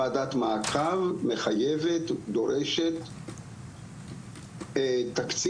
וועדת מעקב מחייבת דורשת תקציב